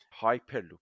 Hyperloop